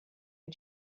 for